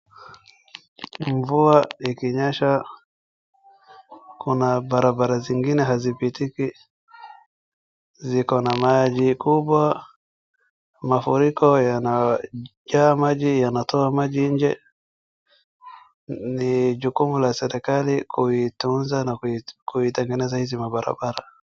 Mvua ikinyesha kuna barabara zingine hazipitiki ziko na maji kubwa mafuriko yanajaa maji yanatoa maji nje, ni jukumu la serikali kuitunza na kuzitengeneza hizi barabara.